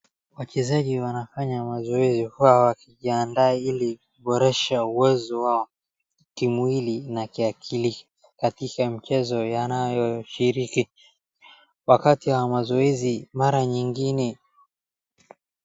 Wachezaji wanafanya mazoezi huwa wakijiadaa ili kuboresha uwezo wao kimwili na kiakili katika michezo yanayoshiriki. Wakati ya mazoezi mara nyingine.